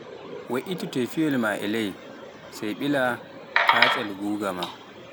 we'itu tofiwal ma ley sai kosha katsaywal ma ngogga.